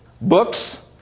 books